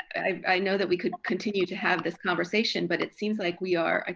i know that we could continue to have this conversation, but it seems like we are.